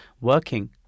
working